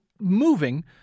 moving